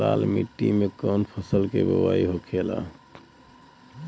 लाल मिट्टी में कौन फसल के बोवाई होखेला?